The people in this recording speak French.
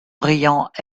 riant